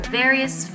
various